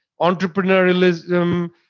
entrepreneurialism